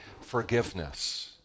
forgiveness